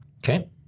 Okay